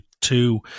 Two